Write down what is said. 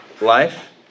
life